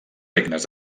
regnes